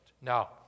Now